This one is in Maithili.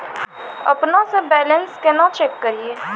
अपनों से बैलेंस केना चेक करियै?